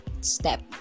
step